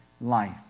life